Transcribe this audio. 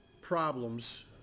problems